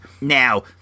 now